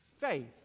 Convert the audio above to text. faith